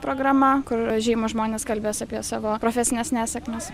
programa kur žymūs žmonės kalbės apie savo profesines nesėkmes